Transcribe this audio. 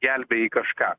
gelbėji kažką